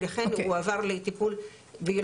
לכן הוא עבר לטיפול ביולוגי,